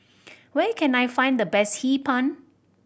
where can I find the best Hee Pan